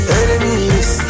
enemies